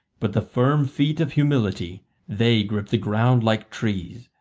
but the firm feet of humility they grip the ground like trees.